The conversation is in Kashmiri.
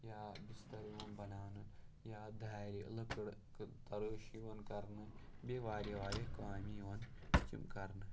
یا بِستر یِوان بَناونہٕ یا دارِ لٔکٕر تَرٲش یِوان کَرنہٕ بیٚیہِ واریاہ واریاہ کامِہ یِوان چھِ یِم کَرنہٕ